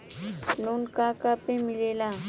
Loan का का पे मिलेला?